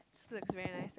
looks like very nice eh